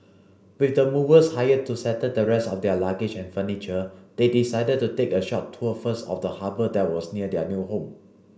with the movers hired to settle the rest of their luggage and furniture they decided to take a short tour first of the harbour that was near their new home